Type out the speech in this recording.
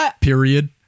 Period